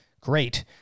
great